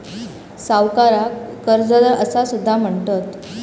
सावकाराक कर्जदार असा सुद्धा म्हणतत